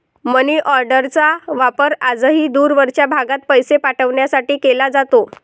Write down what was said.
मनीऑर्डरचा वापर आजही दूरवरच्या भागात पैसे पाठवण्यासाठी केला जातो